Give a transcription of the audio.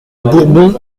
bourbon